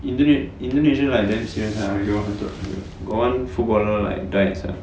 indones~ indonesia like damn serious sia got one footballer like die sia